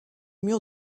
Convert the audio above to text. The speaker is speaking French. murs